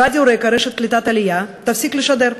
רדיו רק"ע, רשת קליטת עלייה, יפסיק לשדר.